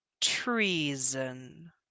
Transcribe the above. Treason